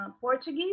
Portuguese